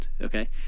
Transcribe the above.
okay